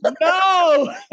No